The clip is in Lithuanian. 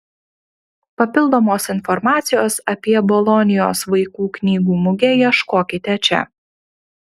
papildomos informacijos apie bolonijos vaikų knygų mugę ieškokite čia